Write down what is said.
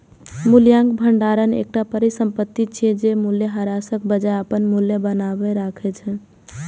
मूल्यक भंडार एकटा परिसंपत्ति छियै, जे मूल्यह्रासक बजाय अपन मूल्य बनाके राखै छै